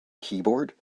keyboard